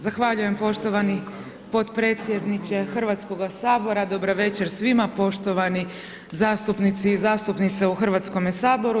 Zahvaljujem poštovani potpredsjedniče Hrvatskoga sabora, dobra večer svima, poštovani zastupnici i zastupnice u Hrvatskome saboru.